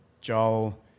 Joel